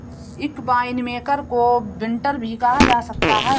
एक वाइनमेकर को विंटनर भी कहा जा सकता है